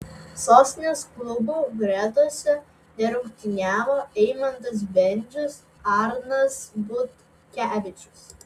sostinės klubo gretose nerungtyniavo eimantas bendžius arnas butkevičius